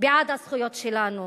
בעד הזכות שלנו.